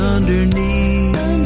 Underneath